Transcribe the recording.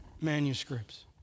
manuscripts